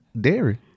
dairy